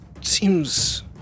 seems